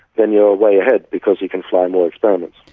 then you are way ahead because you can fly more experiments.